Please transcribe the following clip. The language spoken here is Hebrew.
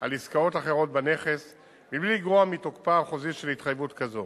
על עסקאות אחרות בנכס מבלי לגרוע מתוקפה החוזי של התחייבות כזו.